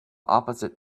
opposite